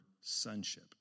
sonship